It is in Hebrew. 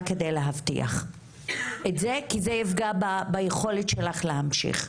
כדי להבטיח את זה כי זה יפגע ביכולת שלך להמשיך.